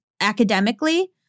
academically